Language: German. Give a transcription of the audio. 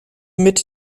mit